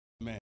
Amen